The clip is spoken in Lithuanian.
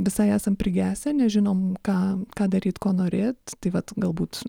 visai esam prigesę nežinom ką ką daryt ko norėt tai vat galbūt